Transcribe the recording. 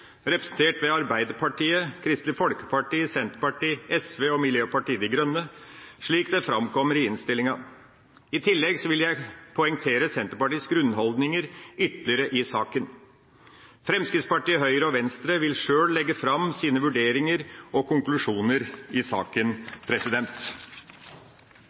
representert ved Arbeiderpartiet, Kristelig Folkeparti, Senterpartiet, SV og Miljøpartiet De Grønne, slik det framkommer i innstillinga. I tillegg vil jeg poengtere Senterpartiets grunnholdninger ytterligere i saken. Fremskrittspartiet, Høyre og Venstre vil sjøl legge fram sine vurderinger og konklusjoner i